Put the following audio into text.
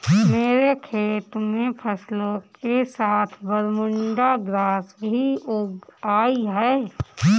मेरे खेत में फसलों के साथ बरमूडा ग्रास भी उग आई हैं